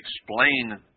explain